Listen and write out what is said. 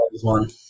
one